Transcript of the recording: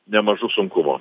nemažų sunkumų